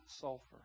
sulfur